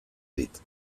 dit